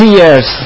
years